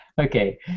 Okay